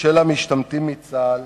ושל המשתמטים מצה"ל,